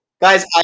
Guys